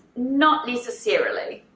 not necessarily,